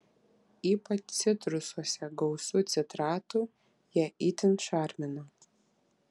ypač citrusuose gausu citratų jie itin šarmina